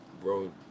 bro